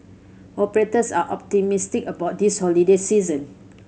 operators are optimistic about this holiday season